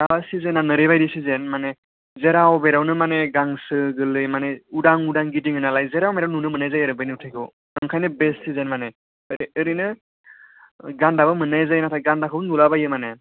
दा सिजोना नोरैबायदि सिजोन माने जेराव बेरावनो माने गांसो गोरलै माने उदां उदां गिदिंयो नालाय जेराव मेराव नुनो मोननाय आरो बे नुथायखौ ओंखायनो बेस्ट सिजोन माने ओरै ओरैनो गान्दाबो मोनो जाय नाथाय गान्दाखौबो नुला बायो माने